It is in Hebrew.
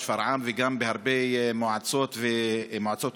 שפרעם וגם הרבה מועצות אזוריות,